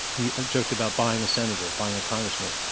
yeah art joked about buying a senator, buying a congressman.